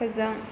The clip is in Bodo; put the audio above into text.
फोजों